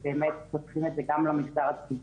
שבאמת פותחים את זה גם למגזר הציבורי.